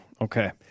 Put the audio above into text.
Okay